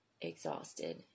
exhausted